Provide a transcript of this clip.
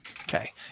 Okay